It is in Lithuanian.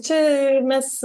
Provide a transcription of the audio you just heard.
čia ir mes